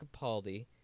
Capaldi